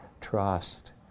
trust